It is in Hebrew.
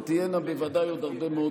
ותהיינה בוודאי עוד הרבה מאוד